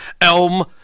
Elm